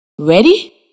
Ready